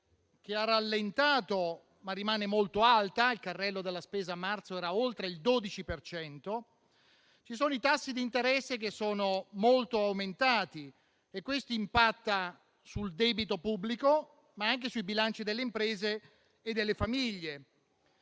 che ha rallentato, ma rimane molto alta (il carrello della spesa a marzo era oltre il 12 per cento); ci sono i tassi di interesse che sono molto aumentati e questo impatta sul debito pubblico, ma anche sui bilanci delle imprese e delle famiglie.